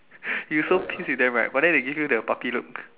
you so pissed with them right but then they give you the puppy look